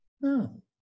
No